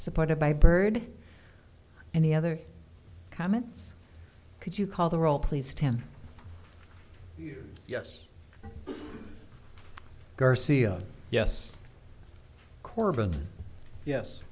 supported by byrd any other comments could you call the roll please tim yes garcia yes